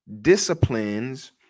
disciplines